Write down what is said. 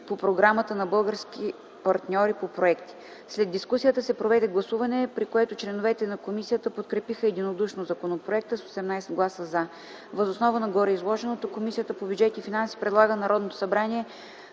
по програмата на български партньори по проекти. След дискусията се проведе гласуване, при което членовете на Комисията подкрепиха единодушно законопроекта с 18 гласа „за”. Въз основа на гореизложеното Комисията по бюджет и финанси предлага на Народното събрание